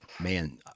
man